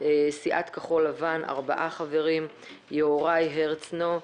מסיעת כחול-לבן ארבעה חברים - יוראי להב הרצנו,